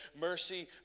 Mercy